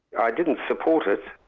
i didn't support it.